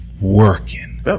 working